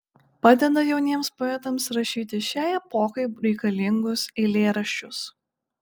padeda jauniems poetams rašyti šiai epochai reikalingus eilėraščius